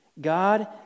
God